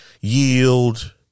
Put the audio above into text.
yield